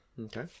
Okay